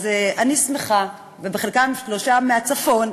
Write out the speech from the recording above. אז אני שמחה, חלקם, שלושה מהצפון,